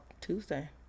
Tuesday